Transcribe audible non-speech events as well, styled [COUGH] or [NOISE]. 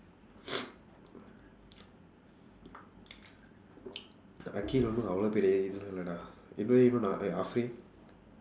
[BREATH] akhil ஒன்னும் அவ்வளவு பெரிய இது இல்ல டா இது இவன்:onnum avvalavu periya ithu illa daa ithu ivan Afiq